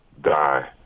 die